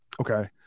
Okay